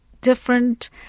different